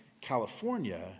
California